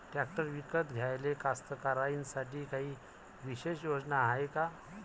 Tractor विकत घ्याले कास्तकाराइसाठी कायी विशेष योजना हाय का?